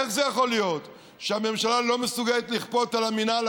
איך זה יכול להיות שהממשלה לא מסוגלת לכפות על המינהל